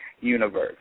Universe